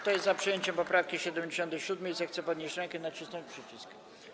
Kto jest za przyjęciem poprawki 77., zechce podnieść rękę i nacisnąć przycisk.